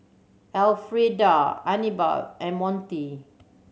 Elfrieda Anibal and Monty